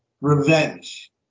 revenge